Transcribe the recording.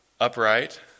Upright